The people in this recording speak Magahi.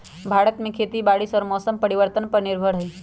भारत में खेती बारिश और मौसम परिवर्तन पर निर्भर हई